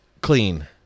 clean